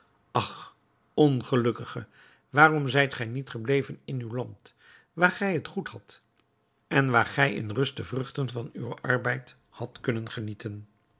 ach ongelukkige waarom zijt gij niet gebleven in uw land waar gij het goed hadt en waar gij in rust de vruchten van uwen arbeid hadt kunnen genieten